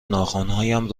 ناخنهایم